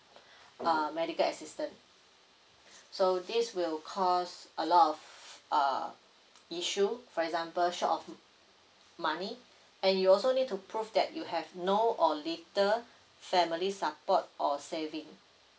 um medical assistant so this will cause a lot of uh issue for example short of money and you also need to prove that you have no or little family support or saving